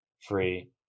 free